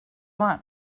want